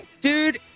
Dude